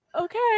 okay